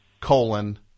colon